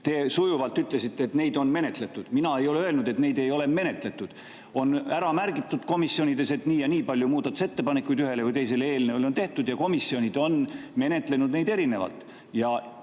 Te sujuvalt ütlesite, et neid on menetletud. Mina ei ole öelnud, et neid ei ole menetletud. Komisjonides on ära märgitud, et nii ja nii palju muudatusettepanekuid ühe või teise eelnõu kohta on tehtud, ja komisjonid on menetlenud neid erinevalt.